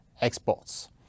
exports